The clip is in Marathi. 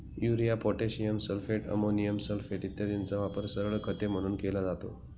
urea, potassium sulphate, ammonium sulphate इत्यादींचा वापर सरळ खते म्हणून केला जातो